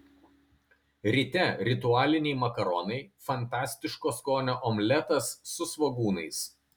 ryte ritualiniai makaronai fantastiško skonio omletas su svogūnais